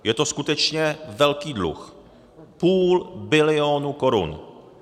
Je to skutečně velký dluh, půl bilionu korun.